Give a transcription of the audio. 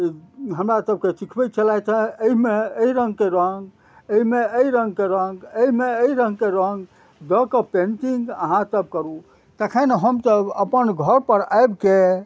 हमरा सबके सिखबय छलैथ हँ अइमे अइ रङ्गके रङ्ग अइमे अइ रङ्गके रङ्ग अइमे अइ रङ्गके रङ्ग दऽ कऽ पेंटिंग अहाँ सब करू तखन हम तऽ अपन घरपर आबिके